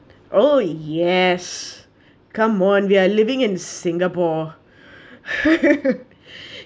oh yes come on we are living in singapore